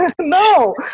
No